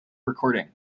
recording